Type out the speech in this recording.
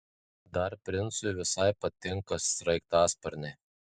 dar princui visai patinka sraigtasparniai